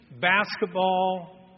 basketball